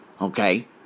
Okay